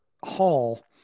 Hall